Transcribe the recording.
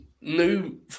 new